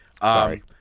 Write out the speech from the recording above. Sorry